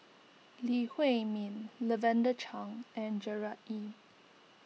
Lee Huei Min Lavender Chang and Gerard Ee